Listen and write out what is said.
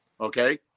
okay